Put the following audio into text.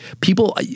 people